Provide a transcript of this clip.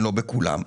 לא בכולם,